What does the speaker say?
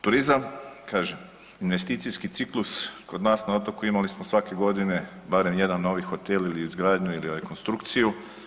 Turizam kažem investicijski ciklus kod nas na otoku imali smo svake godine barem jedan novi hotel ili izgradnju ili rekonstrukciju.